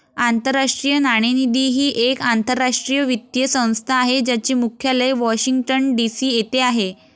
आंतरराष्ट्रीय नाणेनिधी ही एक आंतरराष्ट्रीय वित्तीय संस्था आहे ज्याचे मुख्यालय वॉशिंग्टन डी.सी येथे आहे